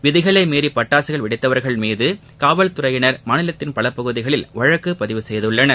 விதிகளை மீறி பட்டாசு வெடித்தவர்கள் மீது காவல்துறையினர் மாநிலத்தின் பல பகுதிகளில் வழக்கு பதிவு செய்துள்ளனர்